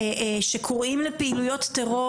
עשיתם